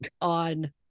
on